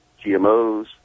GMOs